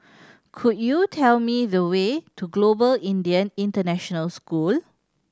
could you tell me the way to Global Indian International School